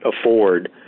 afford